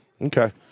Okay